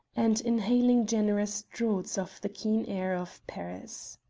and inhaling generous draughts of the keen air of paris.